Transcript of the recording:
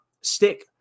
stick